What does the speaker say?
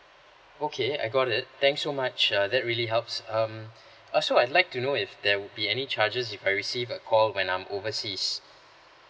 okay I got it thanks so much uh that really helps um also I'd like to know if there will be any charges if I receive a call when I'm overseas